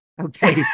okay